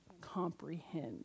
comprehend